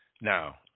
Now